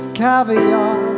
caviar